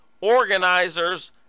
organizers